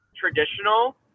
traditional